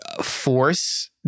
force